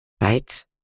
Right